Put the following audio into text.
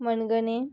मणगणे